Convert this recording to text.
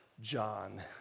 John